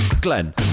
Glenn